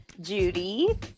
Judy